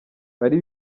bari